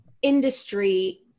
industry